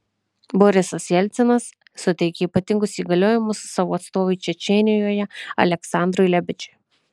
borisas jelcinas suteikė ypatingus įgaliojimus savo atstovui čečėnijoje aleksandrui lebedžiui